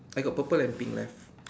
I got purple and pink left